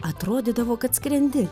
atrodydavo kad skrendi